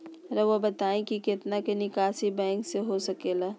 रहुआ बताइं कि कितना के निकासी बैंक से हो सके ला?